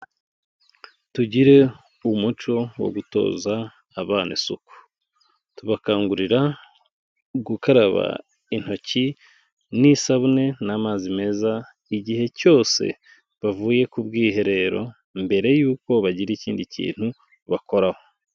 Tugire umuco wo gutoza abana isuku, tubakangurira gukaraba intoki n'isabune n'amazi meza, igihe cyose bavuye ku bwiherero mbere y'uko bagira ikindi kintu bakoraho.